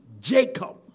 Jacob